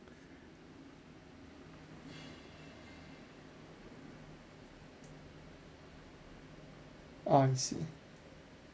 ah I see